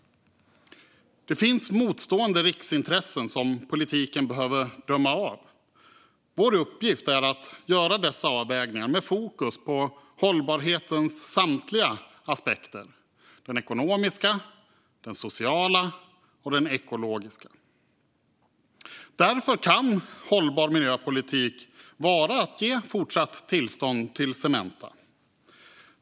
Det finns motstående riksintressen som politiken behöver döma av. Vår uppgift är att göra dessa avvägningar med fokus på hållbarhetens samtliga aspekter - den ekonomiska, den sociala och den ekologiska. Därför kan hållbar miljöpolitik vara att ge fortsatt tillstånd till Cementa.